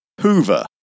Hoover